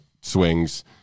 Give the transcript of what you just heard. swings